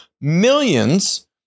millions